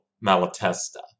Malatesta